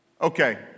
okay